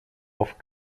off